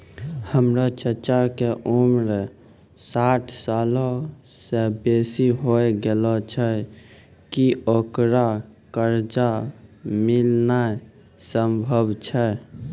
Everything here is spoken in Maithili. हमरो चच्चा के उमर साठ सालो से बेसी होय गेलो छै, कि ओकरा कर्जा मिलनाय सम्भव छै?